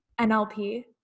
NLP